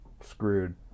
screwed